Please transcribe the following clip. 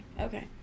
okay